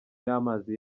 y’amazi